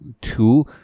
two